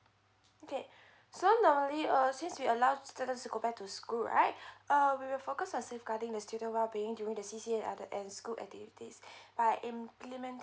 okay so normally err since we allow students to go back to school right uh we'll focus on safeguarding the students' well being during the C_C_A and other and school activities by implementing